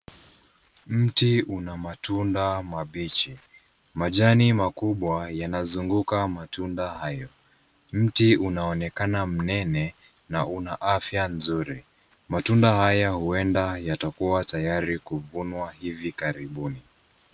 Mti una matunda mabichi, majani makubwa yanazunguka matunda hayo. Mti unaonekana mnene na una afya nzuri. Matunda haya huenda yatakuwa tayari kuvunwa hivi karibuni.